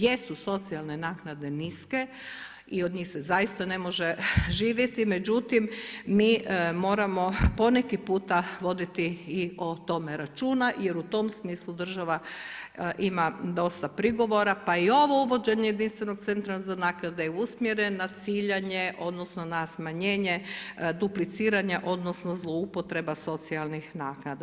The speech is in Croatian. Jesu socijalne naknade niske i od njih se zaista ne može živjeti međutim mi moramo po neki puta voditi i o tome računa jer u tom smislu država ima dosta prigovora pa i ovo uvođenje jedinstvenog centra za naknade je usmjeren na ciljanje odnosno na smanjenje dupliciranja odnosno zloupotreba socijalnih naknada.